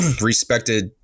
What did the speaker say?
respected